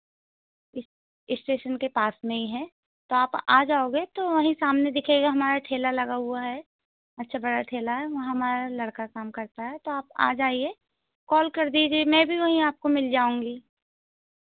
इस इस्टेशन के पास में ही है तो आप आ जाओगे तो वहीं सामने दिखेगा हमारा ठेला लगा हुआ है अच्छा बड़ा ठेला है वहाँ हमारा लड़का काम करता है तो आप आ जाईए कॉल कर दीजिए मैं भी वहीं आपको मिल जाऊँगी